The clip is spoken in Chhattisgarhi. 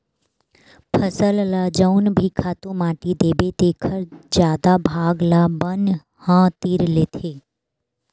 फसल ल जउन भी खातू माटी देबे तेखर जादा भाग ल बन ह तीर लेथे